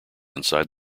inside